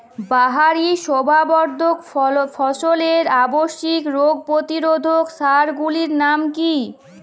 বাহারী শোভাবর্ধক ফসলের আবশ্যিক রোগ প্রতিরোধক সার গুলির নাম কি কি?